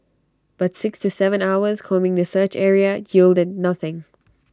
but six to Seven hours combing the search area yielded nothing